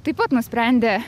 taip pat nusprendė